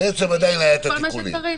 שיש בהם את כל מה שצריך.